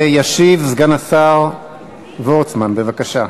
ישיב סגן השר וורצמן, בבקשה.